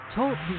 Talk